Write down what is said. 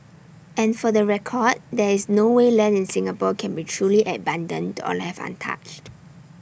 and for the record there is no way land in Singapore can be truly abandoned or left untouched